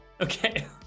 Okay